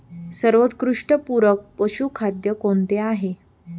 सर्वोत्कृष्ट पूरक पशुखाद्य कोणते आहे?